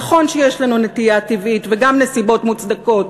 נכון שיש לנו נטייה טבעית וגם נסיבות מוצדקות,